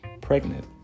pregnant